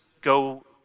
go